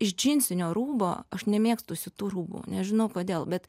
iš džinsinio rūbo aš nemėgstu siūtų rūbų nežinau kodėl bet